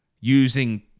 using